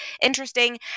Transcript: interesting